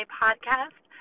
podcast